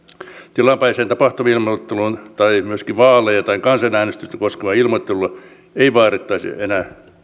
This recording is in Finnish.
tilapäisestä tapahtumailmoittelusta tai myöskin vaaleja tai kansanäänestystä koskevasta ilmoittelusta ei vaadittaisi enää